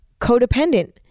codependent